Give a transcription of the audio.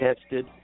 tested